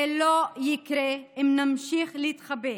זה לא יקרה אם נמשיך להתחבא